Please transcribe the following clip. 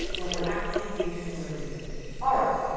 when we're actually engaging in liberty decisions. alright.